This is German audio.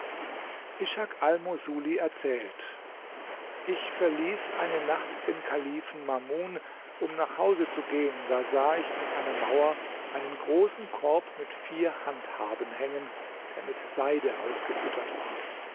ishak al moßuli erzählt ich verließ eine nacht den kalifen mamun um nach hause zu gehen da sah ich an einer mauer einen großen korb mit vier handhaben hängen der mit seide ausgefüttert war